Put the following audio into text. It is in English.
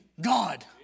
God